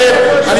שב.